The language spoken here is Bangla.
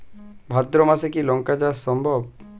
ভাদ্র মাসে কি লঙ্কা চাষ সম্ভব?